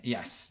Yes